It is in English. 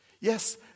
yes